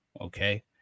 okay